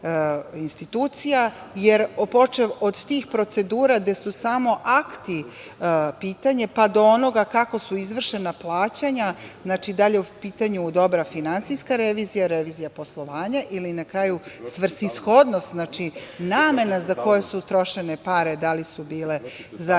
jer počev od tih procedura gde su samo akti pitanje, pa do onoga kako su izvršena plaćanja, da li je u pitanju dobra finansijska revizija, revizija poslovanja ili svrsishodnost, namena za koju su trošene pare, da li su bile zaista